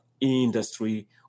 Industry